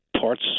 parts